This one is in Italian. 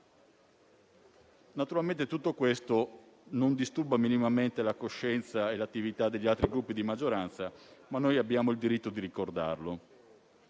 Naturalmente tutto questo non disturba minimamente la coscienza e l'attività dei Gruppi di maggioranza, ma abbiamo il diritto di ricordarlo.